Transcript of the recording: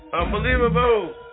Unbelievable